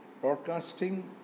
broadcasting